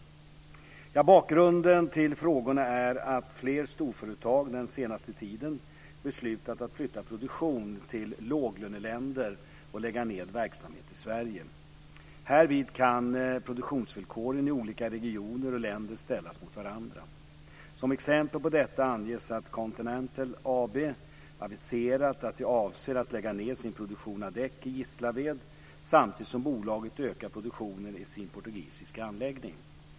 Bakgrunden till frågorna är att flera storföretag den senaste tiden beslutat att flytta produktion till låglöneländer och lägga ned verksamhet i Sverige. Härvid kan produktionsvillkoren i olika regioner och länder ställas mot varandra. Som exempel på detta anges att Continental AB aviserat att det avser att lägga ned sin produktion av däck i Gislaved samtidigt som bolaget ökar produktionen i sin portugisiska anläggning.